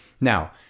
Now